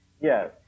Yes